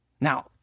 Now